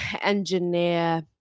engineer